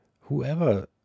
Whoever